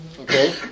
Okay